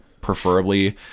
preferably